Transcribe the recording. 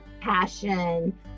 passion